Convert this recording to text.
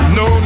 no